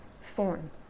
form